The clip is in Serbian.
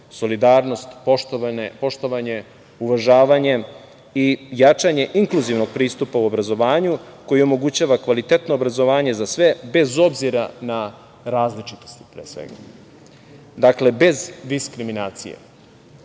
solidarnost, poštovanje, uvažavanje i jačanje inkluzivnog pristupa u obrazovanju, koji omogućava kvalitetno obrazovanje za sve bez obzira na različitost, pre svega. Dakle, bez diskriminacije.U